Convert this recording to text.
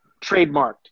trademarked